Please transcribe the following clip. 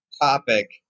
topic